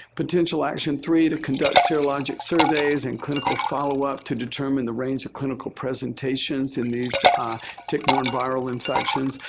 potential action three, to conduct serologic surveys and clinical follow-up to determine the range of clinical presentations in these tick-borne viral infections.